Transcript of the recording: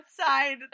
outside